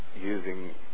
using